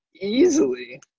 Easily